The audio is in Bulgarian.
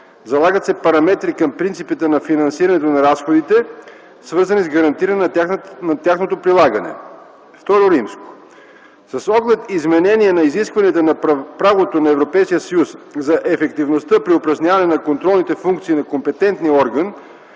залагат се параметри към принципите на финансирането на разходите, свързани с гарантиране на тяхното прилагане. ІІ. С оглед изпълнение на изискванията на правото на Европейския съюз за ефективността при упражняване на контролните функции на компетентния орган